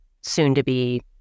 soon-to-be